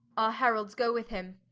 our heralds go with him,